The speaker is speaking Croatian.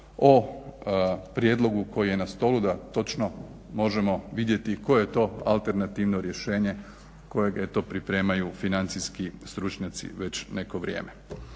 o prijedlogu koji je na stolu da točno možemo vidjeti koje je to alternativno rješenje kojeg pripremaju financijski stručnjaci već neko vrijeme.